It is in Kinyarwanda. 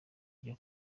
iryo